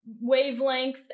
wavelength